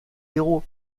héros